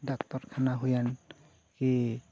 doctor ᱠᱷᱟᱱᱟ ᱦᱩᱭᱮᱱ ᱠᱤ